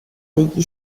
degli